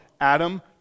Adam